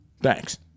Thanks